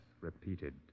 repeated